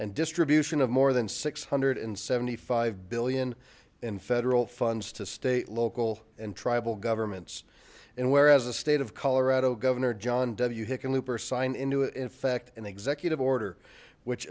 and distribution of more than six hundred and seventy five billion in federal funds to state local and tribal governments and whereas the state of colorado governor john w hickenlooper signed into it in fact an executive order which